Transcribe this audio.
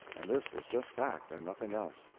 and this was just fact, and nothing else.